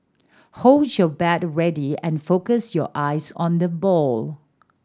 hold your bat ready and focus your eyes on the ball